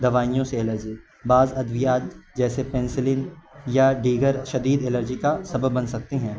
دوائیوں سے الرجی بعض ادویات جیسے پینسلین یا دگر شدید الرجی کا سبب بن سکتے ہیں